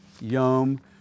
Yom